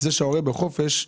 הילד בחופש,